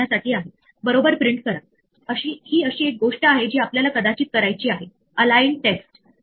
तर मग काय घडेल इथे ही इंडेक्स एरर या पॉईंट वर परत जाईल जिथे जी मध्ये एच इन्वोकinvoke आवाहन केला गेला होता